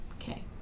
Okay